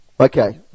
Okay